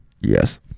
Yes